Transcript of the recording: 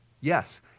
Yes